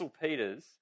Peter's